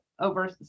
over